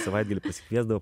savaitgalį pasikviesdavo